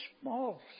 small